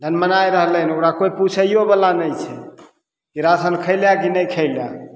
ढनमनाइ रहलय हन ओकरा कोइ पुछयइयोवला नहि छै कि राशन खेलय कि नहि खैलय